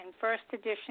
first-edition